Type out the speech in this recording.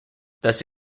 thus